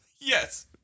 Yes